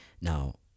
Now